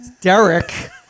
Derek